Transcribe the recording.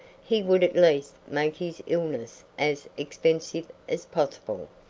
he would at least make his illness as expensive as possible.